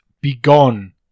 Begone